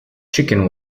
chicken